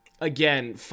again